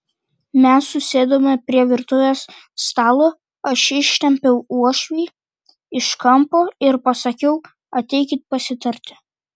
mes susėdome prie virtuvės stalo aš ištempiau uošvį iš kampo ir pasakiau ateikit pasitarti